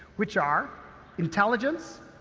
which are intelligence,